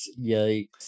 Yikes